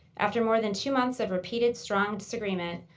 after more than two months of repeated strong disagreement,